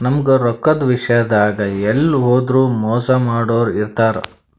ನಮ್ಗ್ ರೊಕ್ಕದ್ ವಿಷ್ಯಾದಾಗ್ ಎಲ್ಲ್ ಹೋದ್ರು ಮೋಸ್ ಮಾಡೋರ್ ಇರ್ತಾರ